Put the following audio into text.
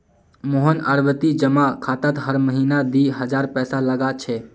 मोहन आवर्ती जमा खातात हर महीना दी हजार पैसा लगा छे